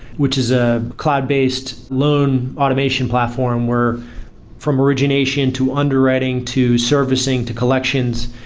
which is a cloud-based loan automation platform where from origination to underwriting to servicing to collections,